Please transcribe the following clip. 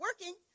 working